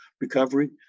recovery